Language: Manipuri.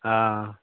ꯑꯥ